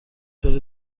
بره